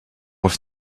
with